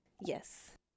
Yes